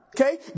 Okay